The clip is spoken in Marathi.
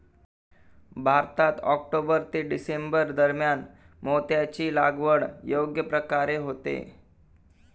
भारतात ऑक्टोबर ते डिसेंबर दरम्यान मोत्याची लागवड योग्य प्रकारे होते